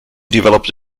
developed